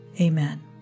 Amen